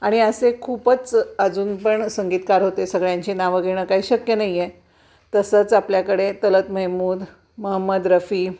आणि असे खूपच अजून पण संगीतकार होते सगळ्यांची नावं घेणं काही शक्य नाही आहे तसंच आपल्याकडे तलत मेहमूद महम्मद रफी